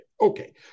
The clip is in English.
Okay